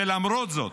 ולמרות זאת,